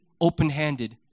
open-handed